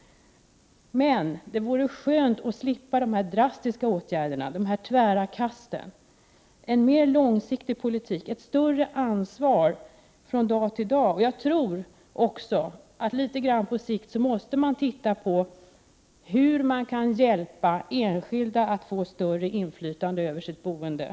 Dock vore det skönt att slippa dessa drastiska åtgärder, dessa tvära kast. En mer långsiktig politik, ett större ansvar från dag till dag skulle behövas. Jag tror att man litet på sikt måste se på hur man kan hjälpa enskilda att få större inflytande över sitt boende.